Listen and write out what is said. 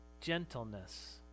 gentleness